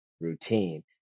routine